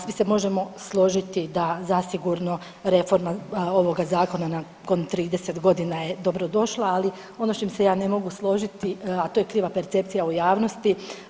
Svi se možemo složiti da zasigurno reforma ovoga zakona nakon 30 godina je dobro došla, ali ono s čim se ja ne mogu složiti, a to je kriva percepcija u javnosti.